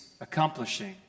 accomplishing